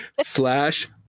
slash